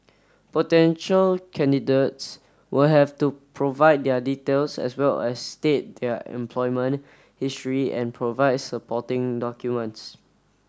potential candidates will have to provide their details as well as state their employment history and provide supporting documents